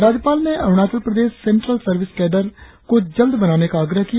राज्यपाल ने Arunachal Pradesh central service cadre को जल्द बनाने का आग्रह किया